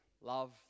Love